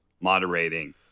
moderating